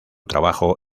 trabajo